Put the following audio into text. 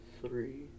three